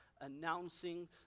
announcing